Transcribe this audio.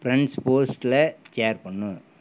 friends போஸ்ட்டில் share பண்ணு